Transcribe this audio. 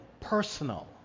Personal